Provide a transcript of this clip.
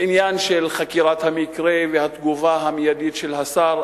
לעניין של חקירת המקרה והתגובה המיידית של השר,